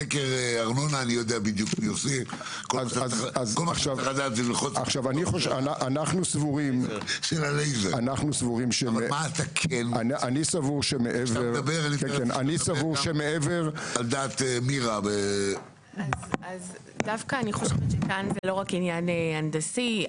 --- מה לדעת מירה --- אני חושבת שכאן זה לא רק עניין הנדסי,